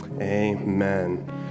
amen